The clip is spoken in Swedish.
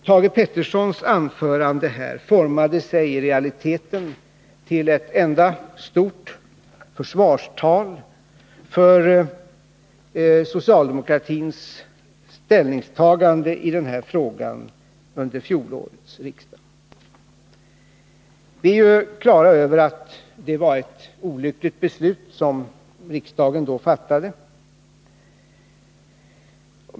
Thage Petersons anförande formade sig i realiteten till ett enda stort och skuldmedvetet försvarstal för socialdemokratins ställningstagande i denna fråga under föregående riksmöte. Vi är ju klara över att det var ett olyckligt beslut riksdagen då fattade.